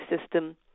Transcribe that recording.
system